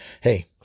hey